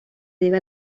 debe